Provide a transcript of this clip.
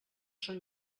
són